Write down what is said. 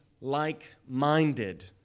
like-minded